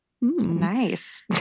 Nice